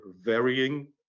varying